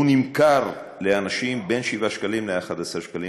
הוא נמכר לאנשים בין 7 שקלים ל-11 שקלים,